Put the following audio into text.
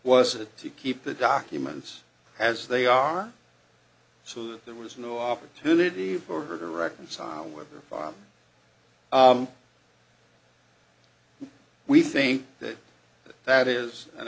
to keep the documents as they are so that there was no opportunity for her to reconcile with her file we think that that is an